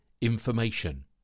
information